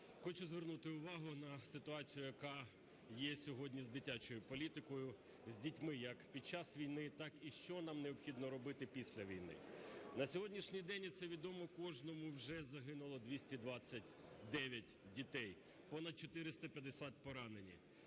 Хочу звернути увагу на ситуацію, яка є сьогодні з дитячою політикою, з дітьми як під час війни, так і що нам необхідно робити після війни. На сьогоднішній день, і це відомо кожному, вже загинуло 229 дітей, понад 450 поранені.